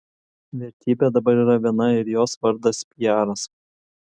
vertybė dabar yra viena ir jos vardas piaras